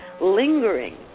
lingering